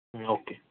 ہوں اوکے